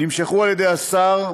נמשכו על ידי השר,